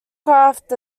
craft